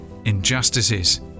Injustices